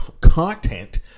content